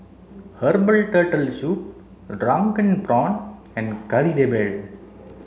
Herbal turtle soup drunken prawns and Kari Debal